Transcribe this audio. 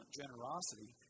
generosity